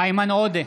איימן עודה,